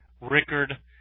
Rickard